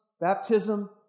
baptism